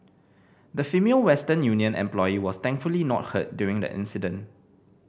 the Female Western Union employee was thankfully not hurt during the incident